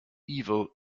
evil